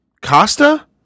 Costa